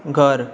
घर